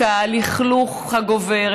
את הלכלוך הגובר,